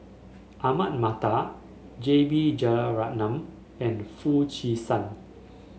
Ahmad Mattar J B Jeyaretnam and Foo Chee San